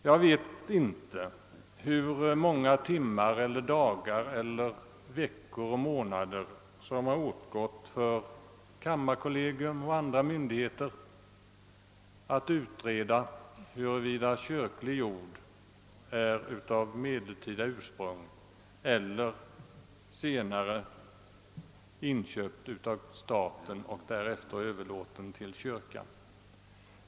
Jag vet inte hur många timmar, dagar, veckor eller månader som har åtgått för kammarkollegium och andra myndigheter för att utreda, huruvida kyrklig jord är av medeltida ursprung eller senare inköpt av staten och därefter överlåten till kyrkan.